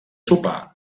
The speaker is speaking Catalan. sopar